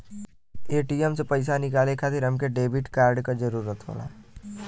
ATM से पइसा निकाले खातिर हमके डेबिट कार्ड क जरूरत होला